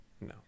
No